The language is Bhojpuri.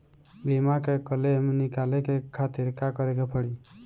बीमा के क्लेम निकाले के खातिर का करे के पड़ी?